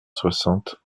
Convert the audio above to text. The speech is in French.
soixante